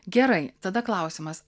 gerai tada klausimas